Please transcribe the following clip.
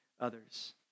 others